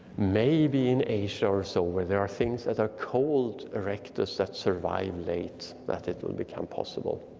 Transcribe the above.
maybe in asia or so where there are things as a called erectus that survived late that it will become possible.